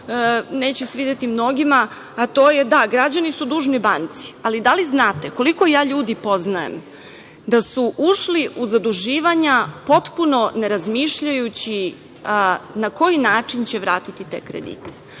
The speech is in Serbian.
neće svideti mnogima, a to je da, građani su dužni banci, ali da li znate koliko ja ljudi poznajem da su ušli u zaduživanja potpuno ne razmišljajući na koji način će vratiti te kredite?